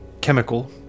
chemical